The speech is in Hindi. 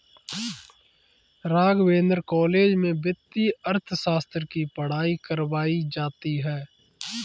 राघवेंद्र कॉलेज में वित्तीय अर्थशास्त्र की पढ़ाई करवायी जाती है